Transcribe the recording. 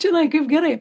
čianai kaip gerai